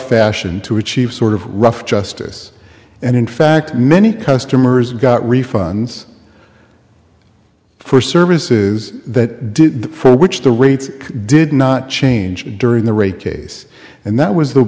fashion to achieve sort of rough justice and in fact many customers got refunds for services that did for which the rates did not change during the rape case and that was the